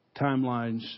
timelines